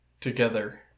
together